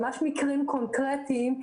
ממש מקרים קונקרטיים,